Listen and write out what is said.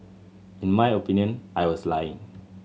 in my opinion I was lying